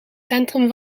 centrum